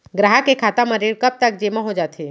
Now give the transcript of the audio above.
ग्राहक के खाता म ऋण कब तक जेमा हो जाथे?